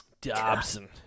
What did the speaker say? Dobson